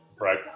right